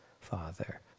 father